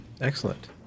Excellent